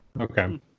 okay